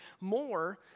more